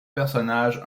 personnage